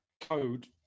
code